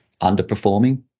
underperforming